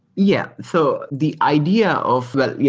yeah. so the idea of well, yeah